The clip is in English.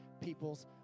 people's